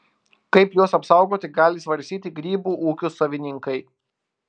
kaip juos apsaugoti gali svarstyti grybų ūkių savininkai